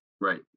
Right